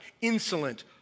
insolent